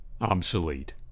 obsolete